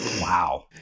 Wow